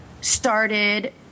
started